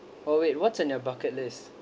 oh wait what's in your bucket list